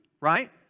Right